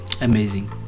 Amazing